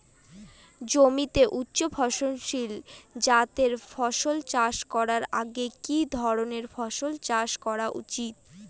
জমিতে উচ্চফলনশীল জাতের ফসল চাষ করার আগে কি ধরণের ফসল চাষ করা উচিৎ?